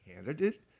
candidate